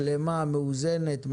שלמה ומאוזנת,